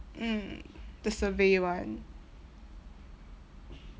mm the survey one